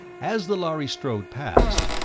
as the lhari strode past,